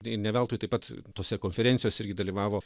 ir ne veltui taip pat tose konferencijose irgi dalyvavo